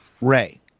Ray